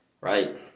right